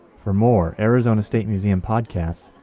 for more arizona state museum podcasts,